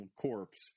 corpse